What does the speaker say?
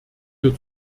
wir